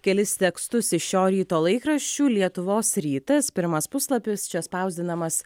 kelis tekstus iš šio ryto laikraščių lietuvos rytas pirmas puslapis čia spausdinamas